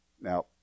Now